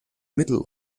middle